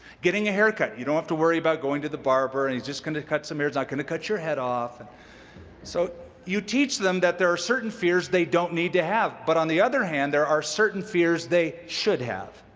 getting a haircut you don't have to worry about going to the barber. and he's just gonna cut some hair, not going to cut your head off. and so you teach them that there are certain fears they don't need to have. but, on the other hand, there are certain fears they should have